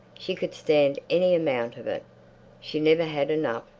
she could stand any amount of it she never had enough.